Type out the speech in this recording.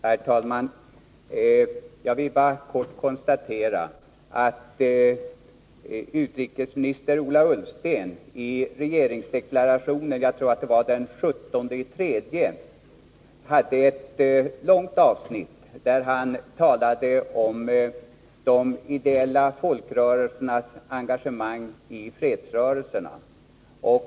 Herr talman! Jag vill bara i korthet konstatera att utrikesminister Ola Ullsten i regeringsdeklarationen den 17 mars hade ett långt avsnitt där han talade om de ideella folkrörelsernas engagemang i fredsrörelsen.